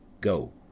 Go